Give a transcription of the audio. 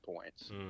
points